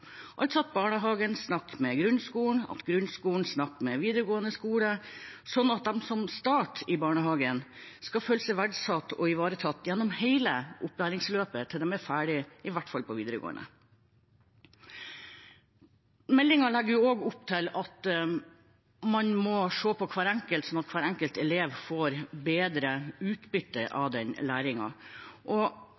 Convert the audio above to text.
altså at barnehagen snakker med grunnskolen, at grunnskolen snakker med videregående skole, slik at de som starter i barnehagen, skal føle seg verdsatt og ivaretatt gjennom hele opplæringsløpet til de er ferdige, i hvert fall på videregående. Meldingen legger jo også opp til at man må se på hver enkelt, slik at hver enkelt elev får bedre utbytte av